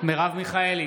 מרב מיכאלי,